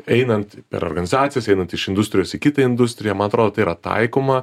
einant per organizacijas einant iš industrijos į kitą industriją man atrodo tai yra taikoma